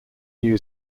new